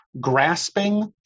grasping